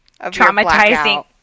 traumatizing